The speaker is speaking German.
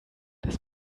das